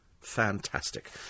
Fantastic